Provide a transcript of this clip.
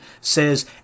says